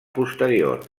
posterior